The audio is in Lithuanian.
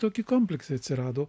tokie kompleksai atsirado